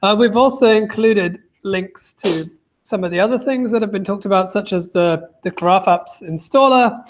ah we've also included links to some of the other things, that have been talked about, such as the the graphup's installer.